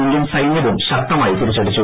Indian സൈന്യവും ശക്തമായി തിരിച്ചടിച്ചു